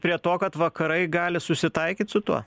prie to kad vakarai gali susitaikyt su tuo